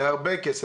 זה הרבה כסף.